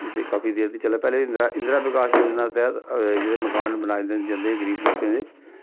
एह् ते काफी देर दी चला दी पैह्लें इंदिरा इंदिरा विकास योजना दे तैह्त जेह्ड़े मकान बनाए जंदे हे गरीब लोकें दे